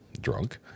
drunk